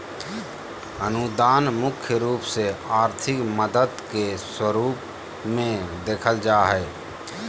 अनुदान मुख्य रूप से आर्थिक मदद के स्वरूप मे देखल जा हय